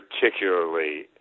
particularly